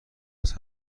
است